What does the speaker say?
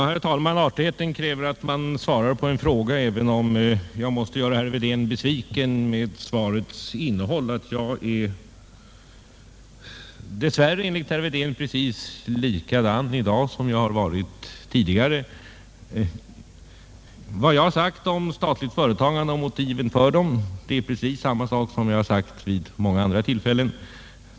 Herr talman! Artigheten kräver att man svarar på en fråga, och jag skall också göra det, även om herr Wedén kanske blir besviken på svarets innehåll. Jag är dessvärre, herr Wedén, precis likadan i dag som jag varit tidigare. Vad jag nu sagt om statligt företagande och om motiven därvidlag är precis detsamma som jag sagt vid många andra tillfällen.